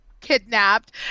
kidnapped